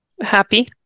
happy